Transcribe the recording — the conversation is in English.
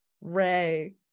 Ray